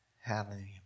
Hallelujah